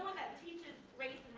that teaches race